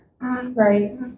Right